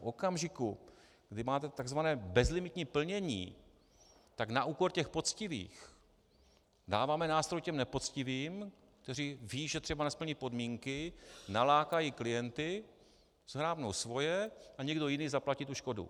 V okamžiku, kdy máte tzv. bezlimitní plnění, tak na úkor těch poctivých dáváme nástroj těm nepoctivým, kteří vědí, že třeba nesplní podmínky, nalákají klienty, shrábnou svoje a někdo jiný zaplatí tu škodu.